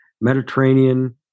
Mediterranean